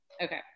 Okay